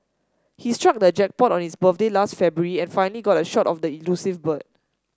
he struck the jackpot on his birthday last February and finally got a shot of the elusive bird